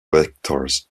vectors